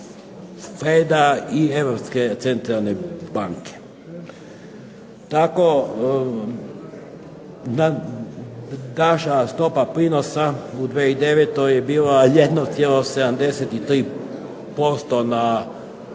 i Europske centralne banke. Tako naša stopa prinosa u 2009. je bila 1,73% na